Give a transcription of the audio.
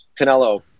Canelo